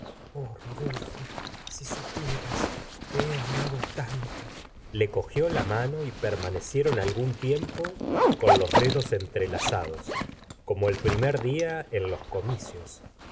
oh rodolfo si supieras te he amado tanto le cogió la mano y permanecieron algún tiempo con los dedos entrelazados como el primer dia en los comicios